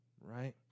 Right